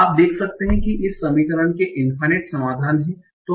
तो आप देख सकते हैं कि इस समीकरण के इंफाइनाइट समाधान हैं